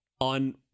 on